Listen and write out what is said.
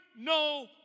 no